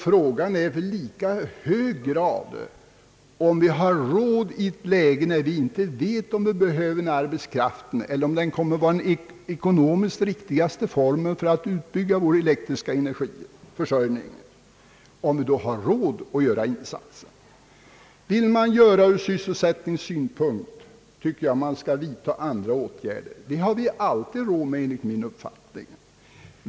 Frågan är i lika hög grad om vi har råd i ett läge, där vi inte vet om vi behöver arbetskraften eller om kraftverksbygget kommer att vara den ekonomiskt riktiga formen för en utbyggnad av vår elektriska energi, att göra denna insats. Vill man göra utbyggnaden med tanke på sysselsättningen, tycker jag att man i stället skall vidtaga andra åtgärder. Det har vi alltid råd med enligt min uppfattning.